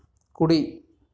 కుడి